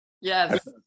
Yes